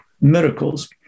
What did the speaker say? miracles